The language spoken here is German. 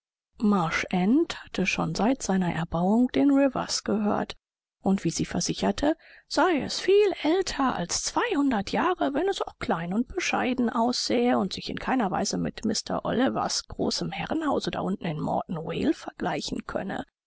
hatte schon seit seiner erbauung den rivers gehört und wie sie versicherte sei es viel älter als zweihundert jahre wenn es auch klein und bescheiden aussähe und sich in keiner weise mit mrs olivers großem herrenhause da unten in morton vale vergleichen könne